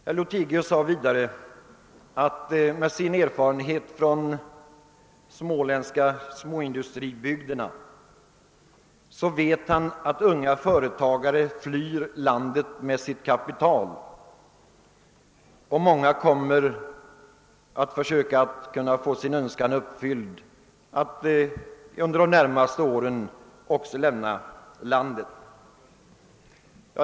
Herr Lothigius sade att han med sin erfarenhet från de småländska småindustribygderna vet, att unga företagare flyr landet med sitt kapital och att andra kommer att försöka få sin önskan uppfylld att under de närmaste åren lämna landet.